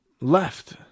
left